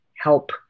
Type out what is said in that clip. help